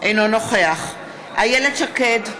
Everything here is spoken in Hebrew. אינו נוכח איילת שקד,